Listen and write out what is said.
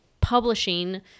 publishing